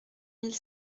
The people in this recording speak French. mille